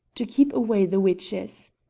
to keep away the witches.